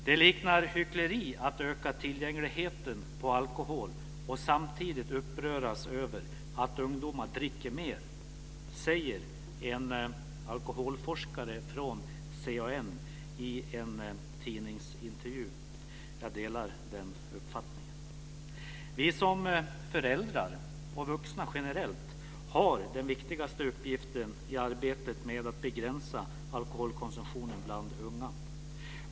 "Det liknar hyckleri att öka tillgängligheten på alkohol och samtidigt uppröras över att ungdomar dricker mer", säger en alkoholforskare från CAN i en tidningsintervju. Jag delar den uppfattningen. Vi som föräldrar, och vuxna generellt, har den viktigaste uppgiften i arbetet med att begränsa alkoholkonsumtionen bland unga.